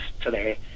today